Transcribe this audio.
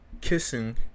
kissing